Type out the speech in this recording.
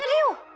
you.